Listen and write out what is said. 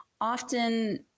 often